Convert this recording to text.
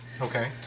Okay